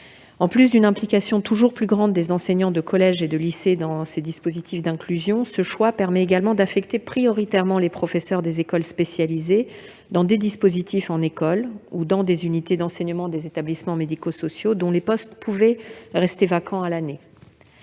En plus d'une implication toujours plus grande des enseignants de collège et de lycée dans les dispositifs d'inclusion, ce choix permet d'affecter prioritairement les professeurs des écoles spécialisés dans des dispositifs en école ou dans des unités d'enseignement des établissements médico-sociaux dont les postes pouvaient rester vacants à l'année.